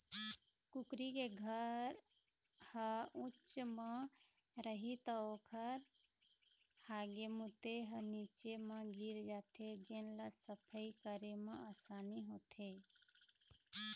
कुकरी के घर ह उच्च म रही त ओखर हागे मूते ह नीचे म गिर जाथे जेन ल सफई करे म असानी होथे